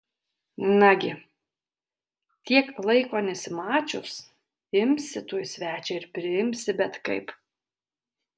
nagi tiek laiko nesimačius imsi tuoj svečią ir priimsi bet kaip